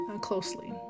closely